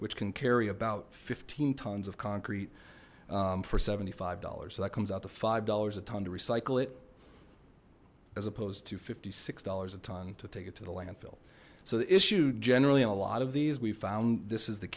which can carry about fifteen tons of concrete for seventy five dollars so that comes out to five dollars a ton to recycle it as opposed to fifty six dollars a ton to take it to the landfill so the issue generally and a lot of these we've found this is the